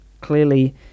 Clearly